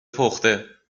پخته